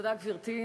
תודה, גברתי.